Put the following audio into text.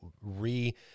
re